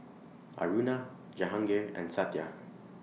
Aruna Jahangir and Satya